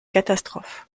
catastrophe